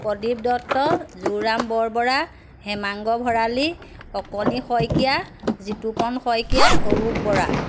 প্ৰদীপ দত্ত যোৰৰাম বৰবৰা হেমাংগ ভৰালী অকণি শইকীয়া জিতুপন শইকীয়া অৰুপ বৰা